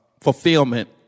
fulfillment